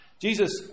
Jesus